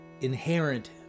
inherent